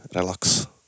Relax